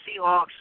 Seahawks